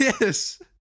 Yes